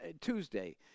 Tuesday